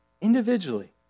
Individually